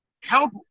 help